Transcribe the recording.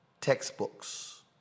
textbooks